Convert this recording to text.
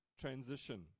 transition